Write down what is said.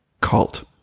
cult